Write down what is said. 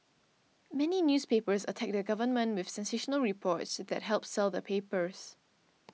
many newspapers attack the government with sensational reports that help sell their papers